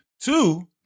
Two